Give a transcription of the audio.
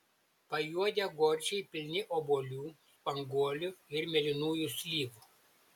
pajuodę gorčiai pilni obuolių spanguolių ir mėlynųjų slyvų